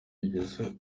bigize